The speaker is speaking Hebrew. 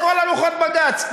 לכל הרוחות בג"ץ.